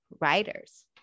writers